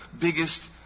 biggest